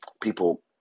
people